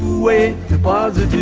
way ah that